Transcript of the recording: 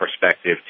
perspective